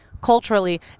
culturally